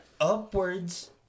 upwards